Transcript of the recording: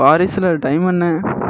பாரிஸில் டைம் என்ன